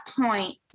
point